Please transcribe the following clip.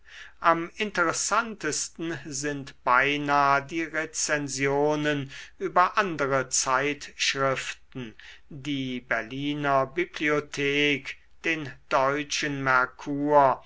am interessantesten sind beinah die rezensionen über andere zeitschriften die berliner bibliothek den deutschen merkur